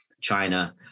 China